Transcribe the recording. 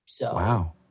Wow